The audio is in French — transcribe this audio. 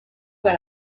par